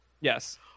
Yes